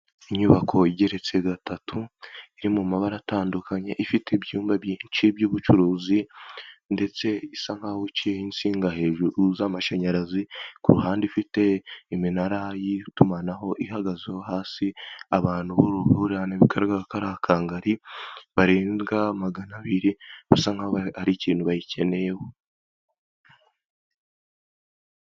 Inyubako igeretse gatatu iri mu mabara atandukanye ifite ibyumba byinshi by'ubucuruzi ndetse isa nkaho iciyeho insinga hejuru z'amashanyarazi ku ruhande ifite iminara y'itumanaho ihagazeho hasi abantu b'uruhurirane bigaragara ko ari akakangari barenga magana abiri basa nkaho hari ikintu bayikeneyeho.